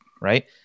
right